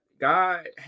God